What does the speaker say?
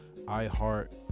iHeart